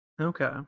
okay